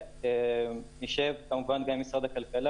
כמו שאמר כאן כבודו,